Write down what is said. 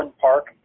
Park